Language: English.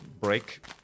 break